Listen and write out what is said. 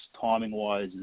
timing-wise